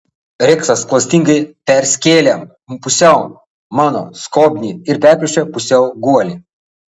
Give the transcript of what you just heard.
reksas klastingai perskėlė pusiau mano skobnį ir perplėšė pusiau guolį